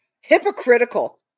hypocritical